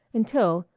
until,